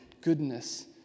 goodness